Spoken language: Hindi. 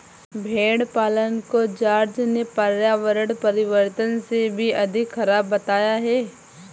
भेड़ पालन को जॉर्ज ने पर्यावरण परिवर्तन से भी अधिक खराब बताया है